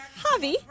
Javi